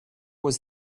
was